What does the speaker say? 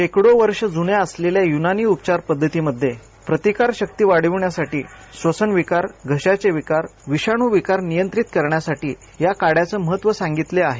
शेकडो वर्ष जुन्या असलेल्या यूनानी उपचार पद्धतीमध्ये प्रतिकारशक्ती वाढविण्यासाठी श्वसन विकार घशाचे विकार विषाणू विकार नियंत्रित करण्यासाठी या काढ्याचं महत्व सांगितलं आहे